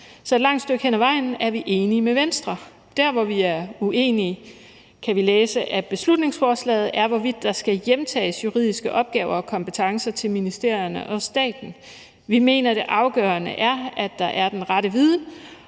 så et langt stykke hen ad vejen er vi enige med Venstre. Der, hvor vi er uenige, kan vi læse af beslutningsforslaget, er, med hensyn til hvorvidt der skal hjemtages juridiske opgaver og kompetencer til ministerierne og staten. Vi mener, at det afgørende er, at der er den rette viden,